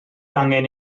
angen